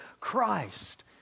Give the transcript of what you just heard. Christ